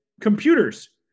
computers